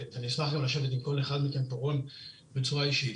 ואני אשמח גם לשבת עם כל אחד כאן בצורה אישית,